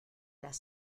las